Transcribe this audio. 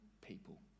people